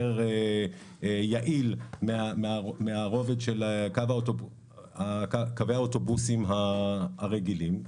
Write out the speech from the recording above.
יותר יעיל מהרובד של קווי האוטובוסים הרגילים.